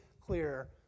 clear